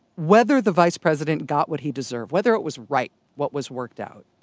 whether the vice president got what he deserved, whether it was right what was worked out.